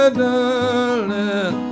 darling